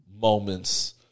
moments